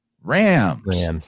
rams